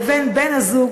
לבין בן-הזוג,